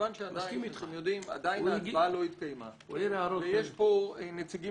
כיוון שעדיין ההצבעה לא התקיימה ויש פה נציגים